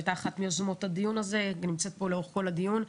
שהיתה אחת מיוזמות הדיון הזה וגם נמצאת פה לאורך כל הדיון.